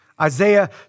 Isaiah